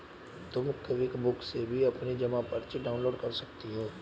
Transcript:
तुम क्विकबुक से भी अपनी जमा पर्ची डाउनलोड कर सकती हो